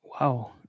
Wow